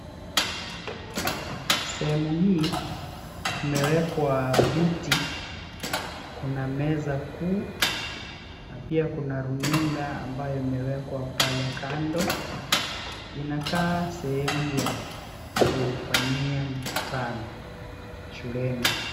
Sehemu hii kumewekwa viti. Kuna meza kuu na pia kuna runinga ambayo imewekwa pale kando. Inakaa sehemu ya kufanyia mikutano shuleni.